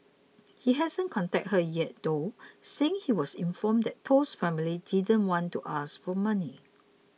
he hasn't contacted her yet though saying he was informed that Toh's family didn't want to ask for money